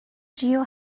geo